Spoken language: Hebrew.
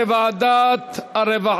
לוועדת העבודה,